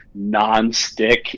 nonstick